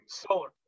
solar